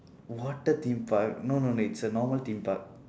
water theme park no no it's a normal theme park